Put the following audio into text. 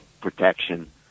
protection